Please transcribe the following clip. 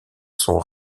sont